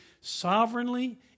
sovereignly